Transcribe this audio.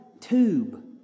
tube